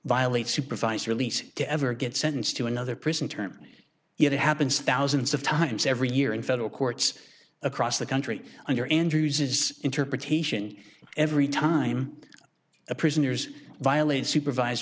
violate supervised release to ever get sentenced to another prison term it happens thousands of times every year in federal courts across the country under andrews's interpretation every time a prisoners violate supervised